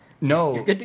No